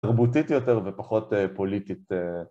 תרבותית יותר ופחות פוליטית.